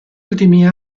ultimi